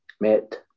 met